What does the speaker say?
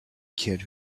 kid